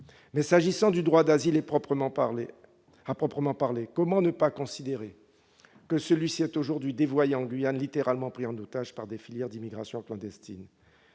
s'agissant du droit d'asile à proprement parler, comment ne pas considérer qu'il est aujourd'hui dévoyé en Guyane, littéralement pris en otage par des filières d'immigration clandestine ?